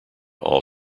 all